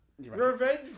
Revenge